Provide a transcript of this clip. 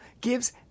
gives